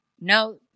no